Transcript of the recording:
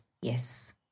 Yes